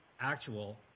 actual